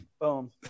Boom